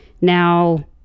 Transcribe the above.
now